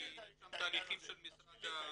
כי יש שם תהליכים של הלפ"מ.